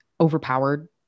overpowered